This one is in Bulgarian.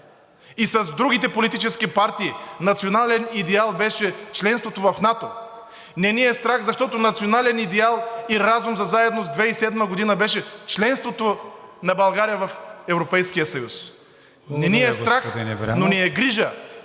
и с другите политически партии национален идеал беше членството в НАТО. Не ни е страх, защото национален идеал и разум за заедност 2007 г. беше членството на България в Европейския съюз. Не ни е страх, но ни е грижа,